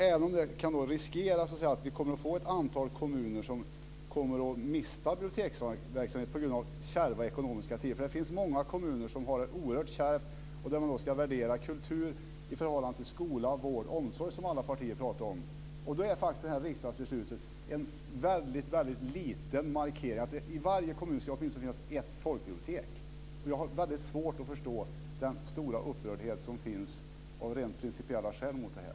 Även om det finns en risk för att ett antal kommuner kommer att mista biblioteksverksamhet på grund av kärva ekonomiska tider - det finns många kommuner som har det oerhört kärvt och där man ska värdera kultur i förhållande till skola, vård och omsorg, som alla partier pratar om - är det här riksdagsbeslutet en väldigt liten markering. Det är att det i varje kommun ska finnas åtminstone ett folkbibliotek. Jag har väldigt svårt att förstå den stora upprördheten, av rent principiella skäl, mot det här.